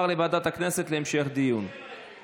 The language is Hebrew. ותועבר להמשך דיון בוועדת הכספים.